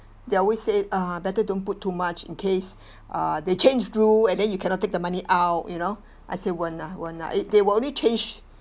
they always say uh better don't put too much in case uh they change rule and then you cannot take the money out you know I say won't lah won't lah they will only change